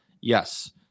Yes